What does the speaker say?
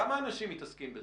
כמה אנשים מתעסקים בזה?